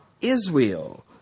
Israel